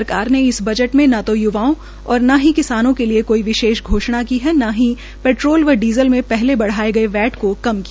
सरकार ने इस बजट में न जो य्वाओं और न ही किसारों के लिए कोई विशेष घोषणा की न ही पेट्रोल व डीज़ल में पहले बढ़ाए गए वैट को कम किया